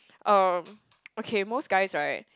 uh okay most guys right